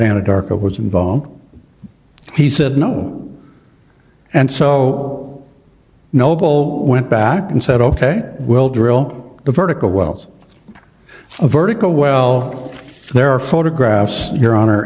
anadarko was involved he said no and so noble went back and said ok we'll drill the vertical wells a vertical well there are photographs your honor